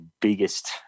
biggest